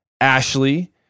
Ashley